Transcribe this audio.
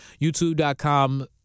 YouTube.com